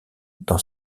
dans